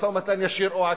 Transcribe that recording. במשא-ומתן ישיר או עקיף,